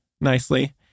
nicely